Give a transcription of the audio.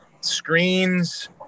screens